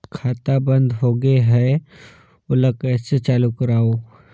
खाता बन्द होगे है ओला कइसे चालू करवाओ?